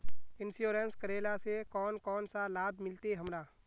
Insurance करेला से कोन कोन सा लाभ मिलते हमरा?